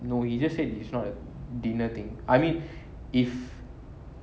no he just said it's not a dinner thing I mean if